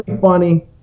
funny